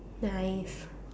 ya it is